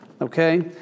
Okay